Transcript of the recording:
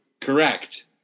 Correct